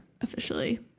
officially